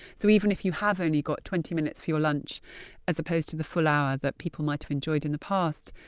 so even if you have only got twenty minutes for your lunch as opposed to the full hour that people might have enjoyed in the past,